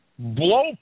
blow